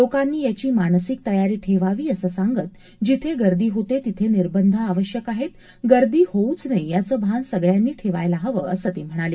लोकांनी याची मानसिक तयारी ठेवावी असं सांगत जिथे गर्दी होते तिथे निर्बंध आवश्यक आहेत गर्दी होऊच नये याचं भान सगळ्यांनी ठेवायला हवं असं ते म्हणाले